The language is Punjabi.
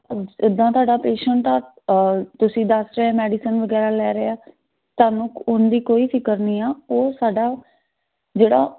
ਜਿੱਦਾਂ ਤੁਹਾਡਾ ਪੇਸ਼ੰਟ ਆ ਔਰ ਤੁਸੀਂ ਦੱਸ ਰਹੇ ਮੈਡੀਸਨ ਵਗੈਰਾ ਲੈ ਰਿਹਾ ਤੁਹਾਨੂੰ ਉਹਦੀ ਕੋਈ ਫਿਕਰ ਨਹੀਂ ਆ ਉਹ ਸਾਡਾ ਜਿਹੜਾ